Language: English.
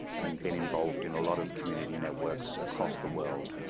and been involved in a lot of community networks across the world.